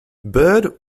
bird